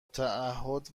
تعهد